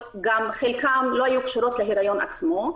חלקן לא היו קשורות להיריון עצמו.